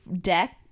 deck